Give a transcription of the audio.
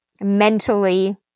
mentally